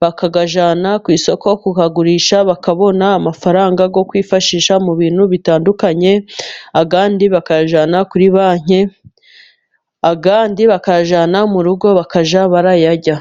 bakayajyana ku isoko kuyagurisha, bakabona amafaranga yo kwifashisha mu bintu bitandukanye, andi bakayajyana kuri banki, andi bakajyana mu rugo, bakajya barayarya.